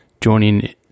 joining